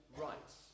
rights